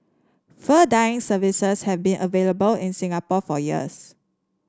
fur dyeing services have been available in Singapore for years